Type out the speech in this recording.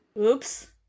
Oops